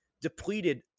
depleted